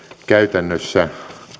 käytännössä